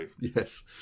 Yes